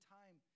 time